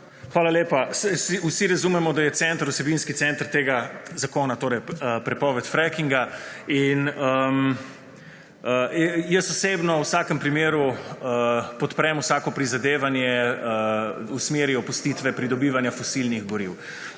Hvala lepa. Saj, vsi razumemo, da je center, vsebinski center tega zakona torej prepoved frackinga in jaz osebno v vsakem primeru podprem vsako prizadevanje v smeri opustitve pridobivanja fosilnih goriv,